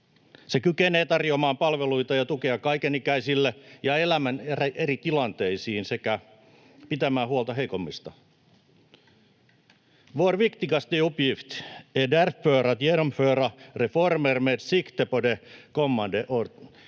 Se kykenee tarjoamaan palveluita ja tukea kaikenikäisille ja elämän eri tilanteisiin sekä pitämään huolta heikommista. Vår viktigaste uppgift är därför att genomföra reformer med sikte på de kommande årtiondena,